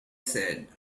said